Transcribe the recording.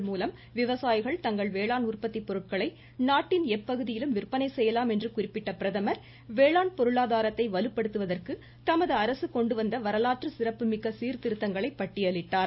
அரசின் புதிய வேளாண் சட்டங்கள் மூலம் விவசாயிகள் தங்கள் வேளாண் உற்பத்தி பொருட்களை நாட்டின் எப்பகுதியிலும் விற்பனை செய்யலாம் என்று குறிப்பிட்ட பிரதமர் வேளாண் பொருளாதாரத்தை வலுப்படுத்துவதற்கு தமது அரசு கொண்டு வந்த வரலாற்று சிறப்பு மிக்க சீர்திருத்தங்களை பட்டியலிட்டார்